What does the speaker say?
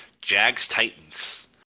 Jags-Titans